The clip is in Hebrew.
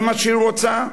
זה מה שהיא רוצה?